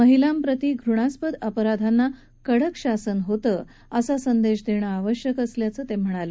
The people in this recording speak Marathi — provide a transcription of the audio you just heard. महिलाप्रति घृणास्पद अपराधाना कडक शासन होईल असा संदेश देणं आवश्यक असल्याचं ते म्हणाले